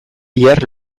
bihar